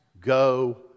go